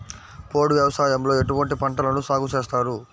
పోడు వ్యవసాయంలో ఎటువంటి పంటలను సాగుచేస్తారు?